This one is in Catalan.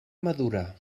madura